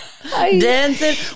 dancing